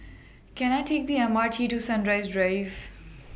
Can I Take The M R T to Sunrise Drive